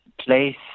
place